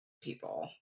people